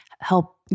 help